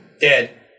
Dead